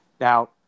Now